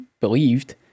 believed